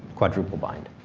quadruple blind.